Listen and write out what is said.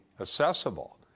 accessible